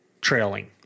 trailing